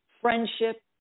friendship